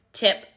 tip